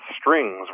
strings